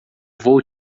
vou